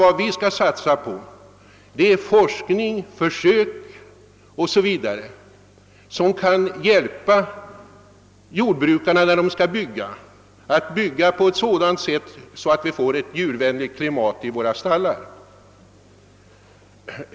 Vad vi måste satsa på är forskning och försök, som kan hjälpa jordbrukarna att bygga på ett sätt som medför ett djurvänligt klimat i stallarna.